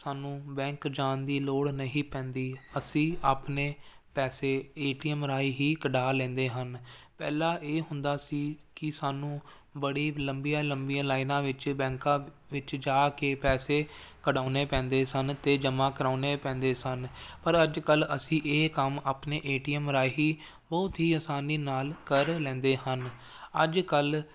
ਸਾਨੂੰ ਬੈਂਕ ਜਾਣ ਦੀ ਲੋੜ ਨਹੀਂ ਪੈਂਦੀ ਅਸੀਂ ਆਪਣੇ ਪੈਸੇ ਏਟੀਐਮ ਰਾਹੀਂ ਹੀ ਕਢਵਾ ਲੈਂਦੇ ਹਨ ਪਹਿਲਾਂ ਇਹ ਹੁੰਦਾ ਸੀ ਕਿ ਸਾਨੂੰ ਬੜੀ ਲੰਬੀ ਲੰਬੀ ਲਾਈਨਾਂ ਵਿੱਚ ਬੈਂਕਾਂ ਵਿੱਚ ਜਾ ਕੇ ਪੈਸੇ ਕਢਾਉਨੇ ਪੈਂਦੇ ਸਨ ਅਤੇ ਜਮ੍ਹਾਂ ਕਰਾਉਨੇ ਪੈਂਦੇ ਸਨ ਪਰ ਅੱਜ ਕੱਲ੍ਹ ਅਸੀਂ ਇਹ ਕੰਮ ਆਪਣੇ ਏਟੀਐਮ ਰਾਹੀਂ ਬਹੁਤ ਹੀ ਆਸਾਨੀ ਨਾਲ ਕਰ ਲੈਂਦੇ ਹਨ ਅੱਜ ਕੱਲ੍ਹ